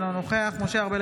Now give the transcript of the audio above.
אינו נוכח משה ארבל,